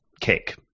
cake